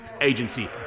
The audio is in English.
Agency